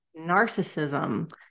narcissism